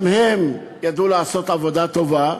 גם הם ידעו לעשות עבודה טובה,